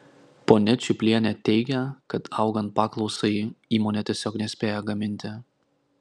ponia čiplienė teigia kad augant paklausai įmonė tiesiog nespėja gaminti